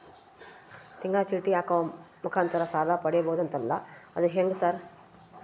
ತಿಂಗಳ ಚೇಟಿ ಹಾಕುವ ಮುಖಾಂತರ ಸಾಲ ಪಡಿಬಹುದಂತಲ ಅದು ಹೆಂಗ ಸರ್?